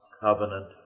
covenant